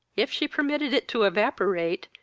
if she permitted it to evaporate,